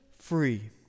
free